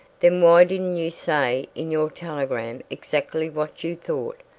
then why didn't you say in your telegram exactly what you thought,